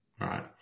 right